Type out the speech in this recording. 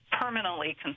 permanently